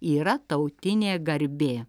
yra tautinė garbė